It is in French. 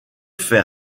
fait